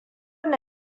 ni